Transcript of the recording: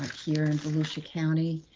here in volusia county,